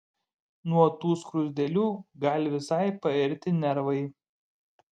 nuo tų skruzdėlių gali visai pairti nervai